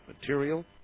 material